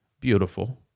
Beautiful